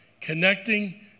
connecting